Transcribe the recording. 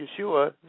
Yeshua